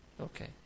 Okay